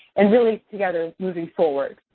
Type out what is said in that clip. and really together, moving forward.